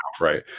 right